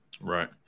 Right